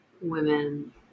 women